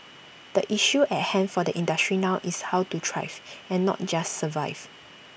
the issue at hand for the industry now is how to thrive and not just survive